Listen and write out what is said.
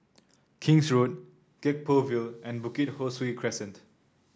King's Road Gek Poh Ville and Bukit Ho Swee Crescent